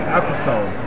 episode